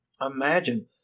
Imagine